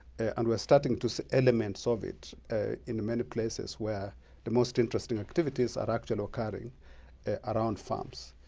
and we're starting to see elements of it in many places where the most interesting activities are actually occurring around farms.